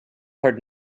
heard